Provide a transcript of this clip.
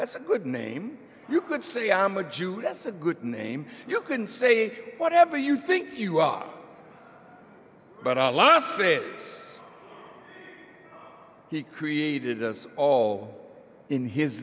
that's a good name you could say i am a jew that's a good name you can say whatever you think you are but alas it is he created us all in his